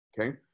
okay